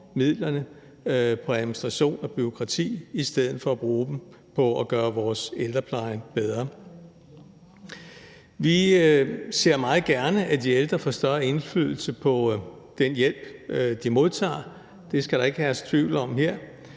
på administration og bureaukrati i stedet for at bruge dem på at gøre vores ældrepleje bedre. Vi ser meget gerne, at de ældre får større indflydelse på den hjælp, de modtager; det skal der ikke herske tvivl om her.